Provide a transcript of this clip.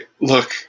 Look